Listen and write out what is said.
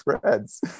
threads